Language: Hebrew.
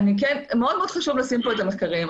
מאוד מאוד חשוב לשים פה את המחקרים.